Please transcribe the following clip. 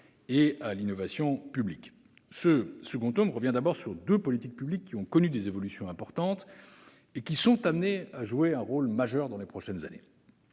et à l'innovation publique. Ce second tome revient tout d'abord sur deux politiques publiques qui ont connu des évolutions importantes et qui seront amenées à jouer un rôle majeur dans les prochaines années.